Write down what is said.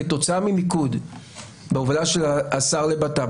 כתוצאה ממיקוד בהובלה של שר הבט"פ,